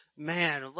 Man